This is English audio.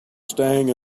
staying